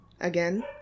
Again